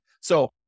So-